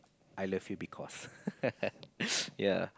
I love you because ya